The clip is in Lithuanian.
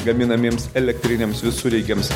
gaminamiems elektriniams visureigiams